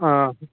ꯑꯥ